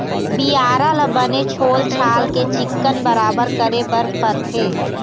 बियारा ल बने छोल छाल के चिक्कन बराबर करे बर परथे